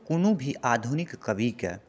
आ कोनो भी आधुनिक कविकेँ